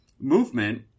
movement